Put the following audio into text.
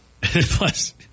Plus